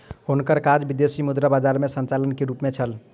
हुनकर काज विदेशी मुद्रा बजार में संचालक के रूप में छल